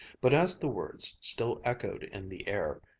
but as the words still echoed in the air,